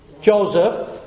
Joseph